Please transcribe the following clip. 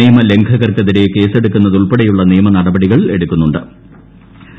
നിയമ ലംഘകർക്കെതിരെ കേസെടുക്കു്നു തുൾപ്പെടെയുള്ള നിയമനടപടികൾ എടുക്കുന്നുണ്ട്ട്